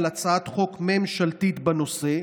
על הצעת חוק ממשלתית בנושא.